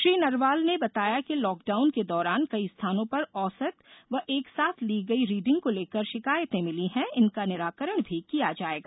श्री नरवाल ने बताया कि लाक डाउन के दौरान कई स्थानों पर औसत व एकसाथ ली गई रीडिंग को लेकर शिकायतें मिली है इनका निराकरण भी किया जाएगा